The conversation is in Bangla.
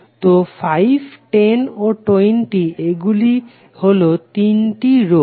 তো 5 10 ও 20 এগুলি হলো তিনটি রোধ